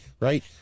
Right